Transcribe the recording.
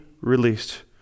released